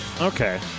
Okay